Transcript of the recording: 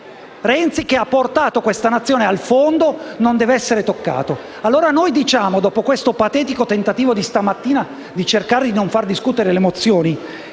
Renzi, che ha portato questa Nazione al fondo, non deve essere toccato. Allora noi diciamo, dopo il patetico tentativo di stamattina di cercare di non far discutere le mozioni,